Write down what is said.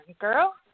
girl